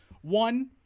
One